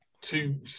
two